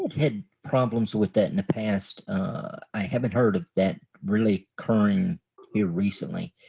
had problems with that in the past i haven't heard of that really occurring here recently.